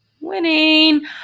winning